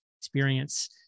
experience